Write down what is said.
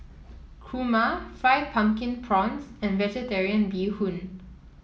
kurma Fried Pumpkin Prawns and vegetarian Bee Hoon